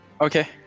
Okay